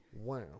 Wow